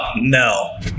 No